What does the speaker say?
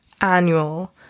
annual